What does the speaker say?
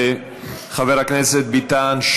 חבר הכנסת ביטן,